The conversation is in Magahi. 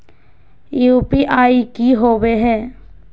यू.पी.आई की होवे है?